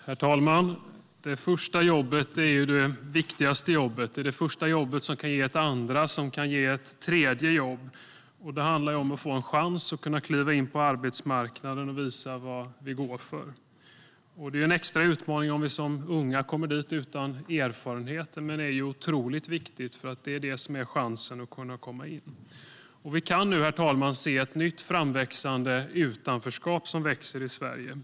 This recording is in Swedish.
Herr talman! Det första jobbet är det viktigaste jobbet. Det är det första som kan ge ett andra och ett tredje jobb. Det handlar om att få en chans att kunna kliva in på arbetsmarknaden och visa vad vi går för. Det är en extra utmaning om vi som unga kommer dit utan erfarenheter. Men det är otroligt viktigt. Det är chansen att komma in. Herr talman! Vi kan nu se ett nytt framväxande utanförskap i Sverige.